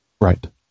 right